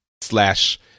slash